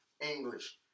English